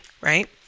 right